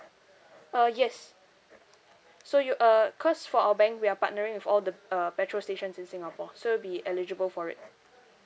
uh yes so you uh cause for our bank we are partnering with all the uh petrol stations in singapore so it'll be eligible for it